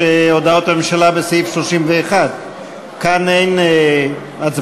יש הודעות הממשלה בסעיף 31. כאן אין הצבעות,